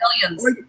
billions